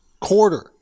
quarter